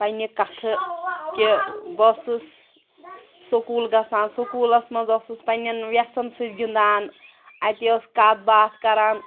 پنٛنہِ کَتھٕ کہِ بہٕ ٲسٕس سکوٗل گژھان سکوٗلَس منٛز ٲسٕس پنٛنٮ۪ن وٮ۪سَن سۭتۍ گِنٛدان اَتہِ ٲس کَتھ باتھ کَران